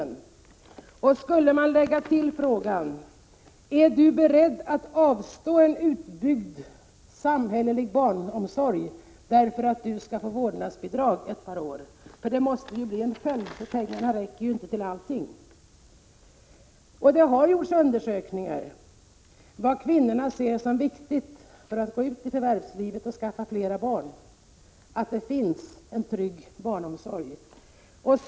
Jag undrar vad svaret blev om vi skulle lägga till frågan: Är du beredd att avstå från en utbyggd samhällelig barnomsorg om du kan få vårdnadsbidrag ett par år? Det måste bli en följd. Pengarna räcker inte till allting. Det har gjorts undersökningar av vad kvinnorna ser som viktigt om de skall gå ut i förvärvslivet men ändå vill skaffa fler barn. För dem är det viktigt att — Prot. 1986/87:122 det finns en trygg barnomsorg.